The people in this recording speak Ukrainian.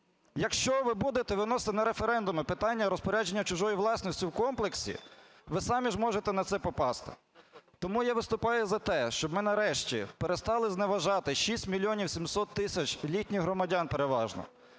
Якщо ви будете виносити на референдуми питання розпорядження чужою власністю в комплексі, ви самі ж можете на це попасти. Тому я виступаю за те, щоб ми нарешті перестали зневажати 6 мільйонів 700 тисяч літніх громадян, переважно,